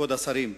כבוד השרים,